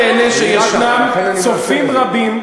אני מאוד נהנה שיש צופים רבים,